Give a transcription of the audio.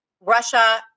Russia